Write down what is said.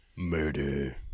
Murder